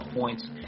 points